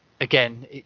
again